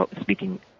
speaking